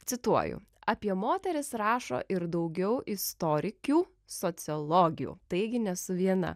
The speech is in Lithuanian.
cituoju apie moteris rašo ir daugiau istorikių sociologių taigi nesu viena